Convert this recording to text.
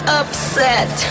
upset